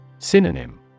Synonym